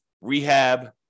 rehab